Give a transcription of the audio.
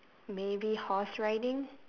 maybe horse riding